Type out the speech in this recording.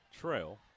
Trail